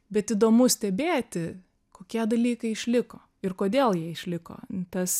bet įdomu stebėti kokie dalykai išliko ir kodėl jie išliko tas